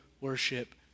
worship